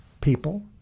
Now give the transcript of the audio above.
people